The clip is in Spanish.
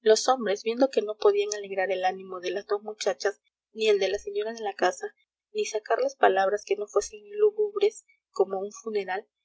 los hombres viendo que no podían alegrar el ánimo de las dos muchachas ni el de la señora de la casa ni sacarles palabras que no fuesen lúgubres como un funeral